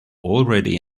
already